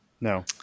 No